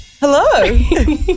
Hello